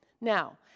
Now